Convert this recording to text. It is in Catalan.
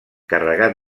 carregat